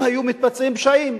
ואם היו מתבצעים פשעים,